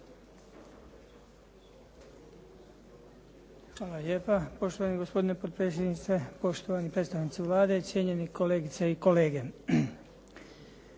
Hvala lijepa. Poštovani gospodine potpredsjedniče, poštovani predstavnici Vlade, cijenjeni kolegice i kolege.